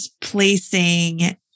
placing